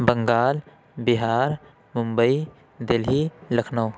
Bengal Bihar Mumbai Delhi Lucknow